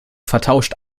vertauscht